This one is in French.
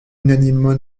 unanimement